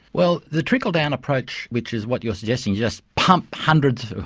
well, the trickle-down approach, which is what you're suggesting, just pump hundreds,